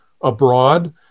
abroad